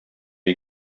you